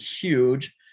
huge